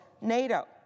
NATO